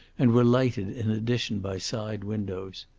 and were lighted in addition by side windows.